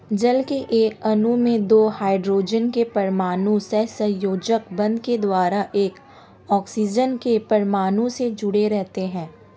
जल के एक अणु में दो हाइड्रोजन के परमाणु सहसंयोजक बंध के द्वारा एक ऑक्सीजन के परमाणु से जुडे़ रहते हैं